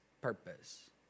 purpose